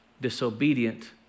disobedient